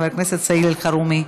חבר הכנסת סעיד אלחרומי,